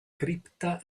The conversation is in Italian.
cripta